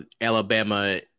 Alabama